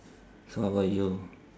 so how about you